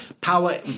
Power